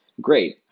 Great